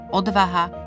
odvaha